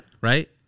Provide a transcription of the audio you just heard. right